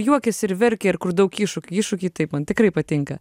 juokiasi ir verkia ir kur daug iššūkių iššūkiai taip man tikrai patinka